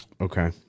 Okay